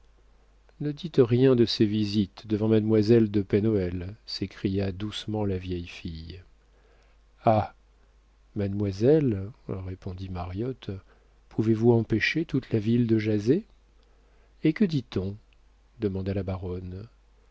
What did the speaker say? ne dites rien de ses visites devant mademoiselle de pen hoël s'écria doucement la vieille fille ah mademoiselle répondit mariotte pouvez-vous empêcher toute la ville de jaser et que dit-on demanda la baronne